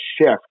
shift